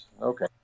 Okay